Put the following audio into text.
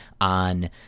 on